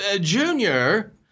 Junior